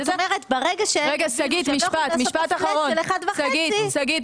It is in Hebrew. זאת אומרת ברגע שאתה לא יכול לעשות פלאט של 1.5 --- שגית,